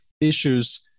issues